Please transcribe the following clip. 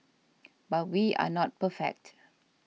but we are not perfect